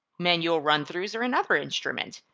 manual run-throughs are another instrument.